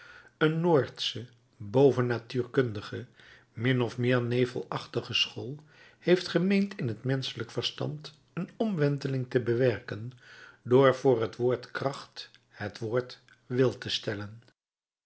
een noordsche bovennatuurkundige min of meer nevelachtige school heeft gemeend in het menschelijk verstand een omwenteling te bewerken door voor het woord kracht het woord wil te stellen